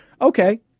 Okay